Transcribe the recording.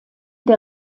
der